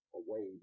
away